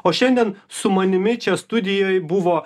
o šiandien su manimi čia studijoj buvo